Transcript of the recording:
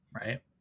right